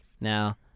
Now